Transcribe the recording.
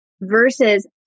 versus